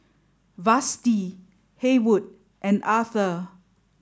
Vashti Haywood and Arthur